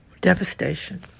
Devastation